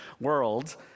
world